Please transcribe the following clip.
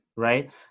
right